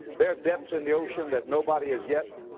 there are depths in the ocean that nobody has yet,